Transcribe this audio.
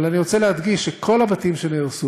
אבל אני רוצה להדגיש, שכל הבתים שנהרסו,